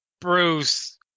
Bruce